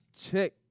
check